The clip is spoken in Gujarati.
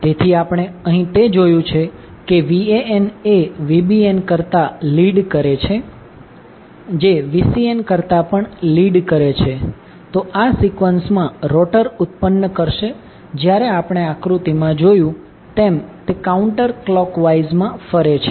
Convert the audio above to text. તેથી આપણે અહીં તે જોયું છે કે Van એ Vbn કરતા લિડ કરે છે જે Vcn કરતા પણ લિડ કરે છે તો આ સિકવન્સમા રોટર ઉત્પન્ન કરશે જ્યારે આપણે આકૃતિ માં જોયું તેમ તે કાઉન્ટરક્લોકવાઇઝ માં ફરે છે